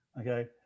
okay